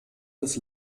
des